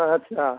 ᱟᱪᱪᱷᱟ